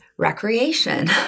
recreation